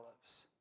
Olives